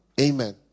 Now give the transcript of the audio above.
amen